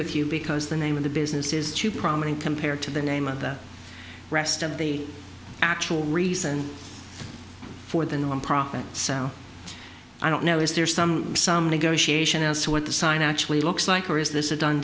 with you because the name of the business is too prominent compared to the name of the rest of the actual reason for the nonprofit so i don't know is there some some negotiation as to what the sign actually looks like or is this a done